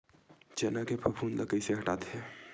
चना के फफूंद ल कइसे हटाथे?